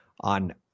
on